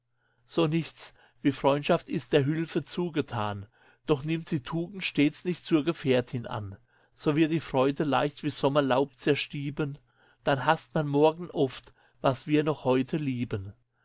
so nichts wie freundschaft ist der hülfe zugetan doch nimmt sie tugend stets nicht zur gefährtin an so wird die freude leicht wie sommerlaub zerstieben dann hasst man morgen oft was wir noch heute lieben